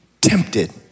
tempted